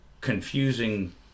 confusing